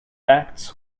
acts